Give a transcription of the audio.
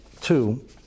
two